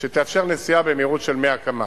שתאפשר נסיעה במהירות של 100 קמ"ש.